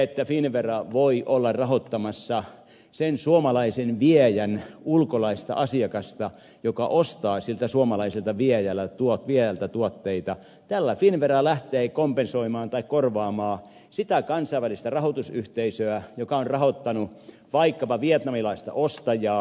kun finnvera voi olla rahoittamassa sen suomalaisen viejän ulkolaista asiakasta joka ostaa siltä suomalaiselta viejältä tuotteita tällä finnvera lähtee kompensoimaan tai korvaamaan sitä kansainvälistä rahoitusyhteisöä joka on rahoittanut vaikkapa vietnamilaista ostajaa